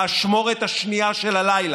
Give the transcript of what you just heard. באשמורת השנייה של הלילה,